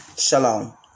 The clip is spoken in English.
Shalom